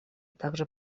также